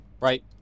Right